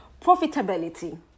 profitability